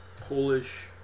Polish